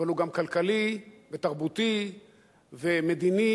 אבל הוא גם כלכלי ותרבותי ומדיני,